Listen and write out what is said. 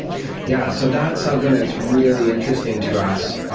yeah so that's something that's really interesting to us.